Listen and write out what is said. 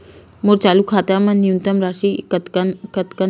मोर चालू खाता मा न्यूनतम राशि कतना हे?